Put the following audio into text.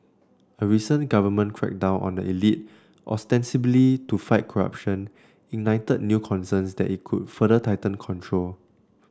a recent government crackdown on the elite ostensibly to fight corruption ignited new concerns that it could further tighten control